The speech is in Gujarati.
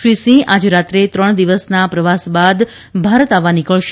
શ્રી સિંહ આજે રાત્રે ત્રણ દિવસના પ્રવાસ બાદ ભારત આવવા નીકળશે